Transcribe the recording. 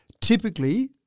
Typically